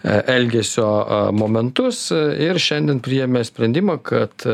e elgesio momentus ir šiandien priėmė sprendimą kad